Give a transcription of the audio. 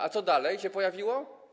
A co dalej się pojawiło?